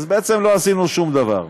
אז בעצם לא עשינו שום דבר.